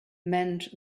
meant